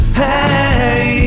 hey